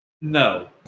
No